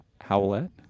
Howlett